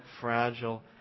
fragile